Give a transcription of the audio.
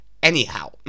anyhow